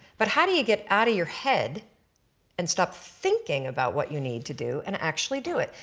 but how do you get out of your head and stop thinking about what you need to do and actually do it.